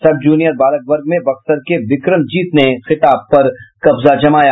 सब जूनियर बालक वर्ग में बक्सर के विक्रमजीत ने खिताब पर कब्जा जमाया